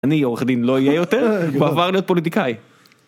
אני, עורך הדין, לא אהיה יותר, כבר עבר להיות פוליטיקאי.